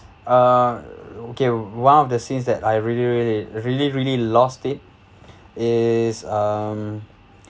uh okay one of the scenes that I really really really really lost it is um